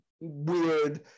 weird